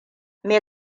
me